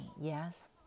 yes